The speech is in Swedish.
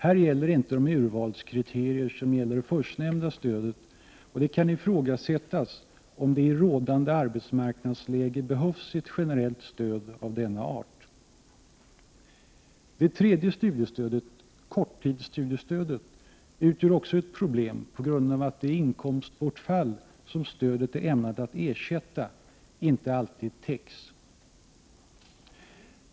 Här gäller inte de urvalskriterier som gäller det förstnämnda stödet, och det kan ifrågasättas om det i rådande arbetsmarknadsläge behövs ett generellt stöd av denna art. Det tredje studiestödet, korttidsstudiestödet, utgör också ett problem, på grund av att det inkomstbortfall som stödet är ämnat att ersätta inte alltid täcks.